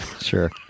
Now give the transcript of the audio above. Sure